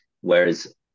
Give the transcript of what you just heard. Whereas